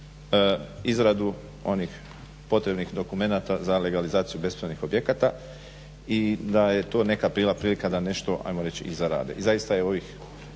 izradu onih potrebnih dokumenata za legalizaciju bespravnih objekata i da je to nekad bila prilika da nešto ajmo reći i zarade. I zaista u ovih